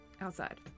Outside